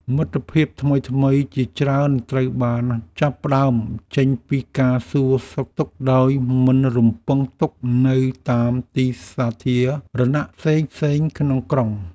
មិត្តភាពថ្មីៗជាច្រើនត្រូវបានចាប់ផ្តើមចេញពីការសួរសុខទុក្ខដោយមិនរំពឹងទុកនៅតាមទីសាធារណៈផ្សេងៗក្នុងក្រុង។